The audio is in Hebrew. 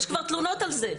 יש כבר תלונות על זה.